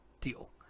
deal